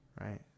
right